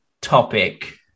topic